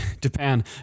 Japan